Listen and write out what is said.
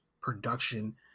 production